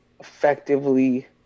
effectively